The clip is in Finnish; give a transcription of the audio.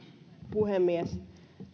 puhemies